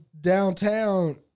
downtown